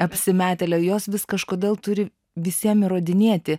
apsimetėlio jos vis kažkodėl turi visiem įrodinėti